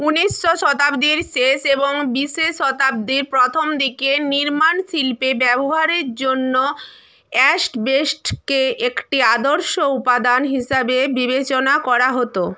ঊনিশশো শতাব্দীর শেষ এবং বিশে শতাব্দীর প্রথম দিকে নির্মাণ শিল্পে ব্যবহারের জন্য অ্যাসবেস্টসকে একটি আদর্শ উপাদান হিসাবে বিবেচনা করা হতো